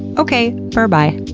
okay, berbye.